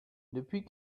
depuis